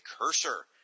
cursor